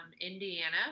Indiana